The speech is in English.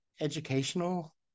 educational